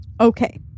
Okay